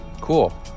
Cool